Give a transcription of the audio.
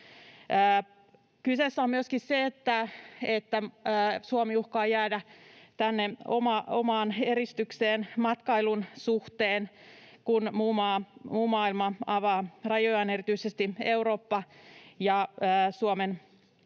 Kyseessä on myöskin se, että Suomi uhkaa jäädä tänne omaan eristykseen matkailun suhteen, kun muu maailma avaa rajojaan, erityisesti Eurooppa, ja Suomen